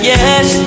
Yes